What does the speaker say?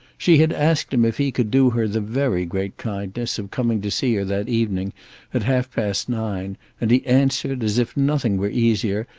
she had asked him if he could do her the very great kindness of coming to see her that evening at half-past nine, and he answered, as if nothing were easier,